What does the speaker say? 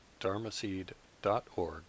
dharmaseed.org